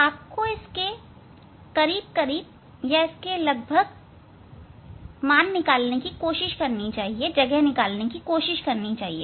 आपको इसके करीब करीब या लगभग निकालने की कोशिश करनी चाहिए